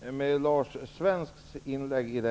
Herr talman! Med Lars Svensks inlägg om